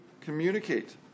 communicate